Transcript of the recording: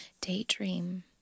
daydream